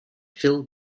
phil